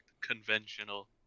conventional